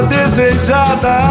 Desejada